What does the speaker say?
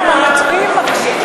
ככה נלחמים בעוני?